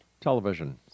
television